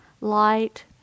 light